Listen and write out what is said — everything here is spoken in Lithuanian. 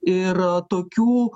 ir tokių